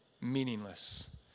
meaningless